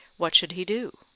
what should he do?